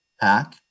pack